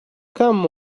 come